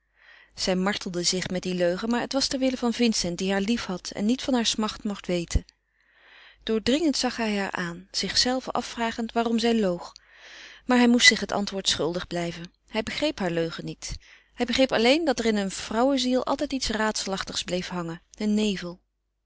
zij martelde zich met die leugen maar het was ter wille van vincent die haar liefhad en niet van haar smart mocht weten doordringend zag hij haar aan zichzelven afvragend waarom zij loog maar hij moest zich het antwoord schuldig blijven hij begreep haar leugen niet hij begreep alleen dat er in een vrouweziel altijd iets raadselachtigs bleef hangen een nevel